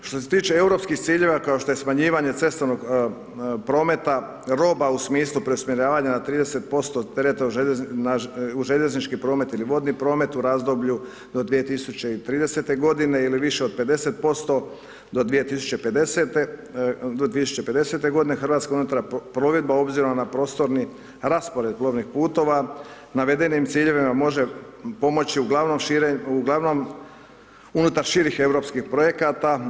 Što se tiče europskih ciljeva kao što je smanjivanje cestovnog prometa roba u smislu preusmjeravanja na 30% tereta u željeznički promet ili vodni promet u razdoblju do 2030. godine ili više od 50% do 2050. godine Hrvatska unutarnja plovidba obzirom na prostorni raspored plovnih puteva navedenim ciljevima može pomoći uglavnom širenju, uglavnom unutar širih europskih projekata.